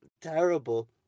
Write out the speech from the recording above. terrible